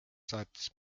saatis